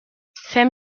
fem